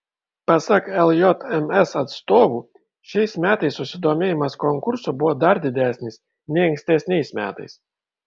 pasak ljms atstovų šiais metais susidomėjimas konkursu buvo dar didesnis nei ankstesniais metais